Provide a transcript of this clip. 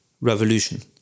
revolution